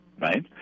right